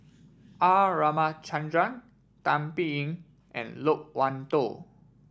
R Ramachandran Tan Biyun and Loke Wan Tho